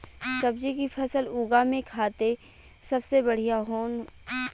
सब्जी की फसल उगा में खाते सबसे बढ़ियां कौन होखेला?